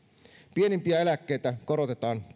pienimpiä eläkkeitä korotetaan